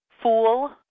Fool